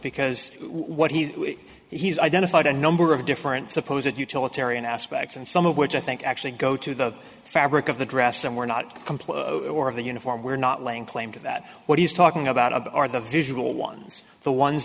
because what he he's identified a number of different suppose it utilitarian aspects and some of which i think actually go to the fabric of the dress and we're not complete or of the uniform we're not laying claim to that what he's talking about are the visual ones the ones